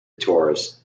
tourist